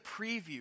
preview